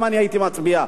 גם אני הייתי מצביע,